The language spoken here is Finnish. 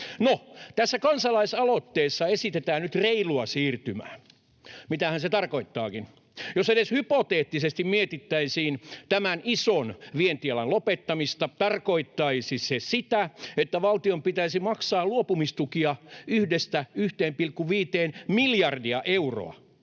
tässä kansalaisaloitteessa esitetään nyt reilua siirtymää — mitähän se tarkoittaakin. Jos edes hypoteettisesti mietittäisiin tämän ison vientialan lopettamista, tarkoittaisi se sitä, että valtion pitäisi maksaa luopumistukia 1—1,5 miljardia euroa.